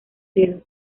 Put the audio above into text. dedos